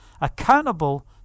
accountable